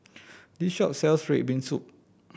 this shop sells red bean soup